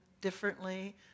differently